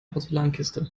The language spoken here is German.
porzellankiste